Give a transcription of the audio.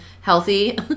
healthy